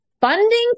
funding